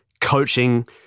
coaching